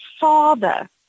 Father